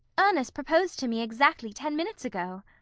ernest proposed to me exactly ten minutes ago.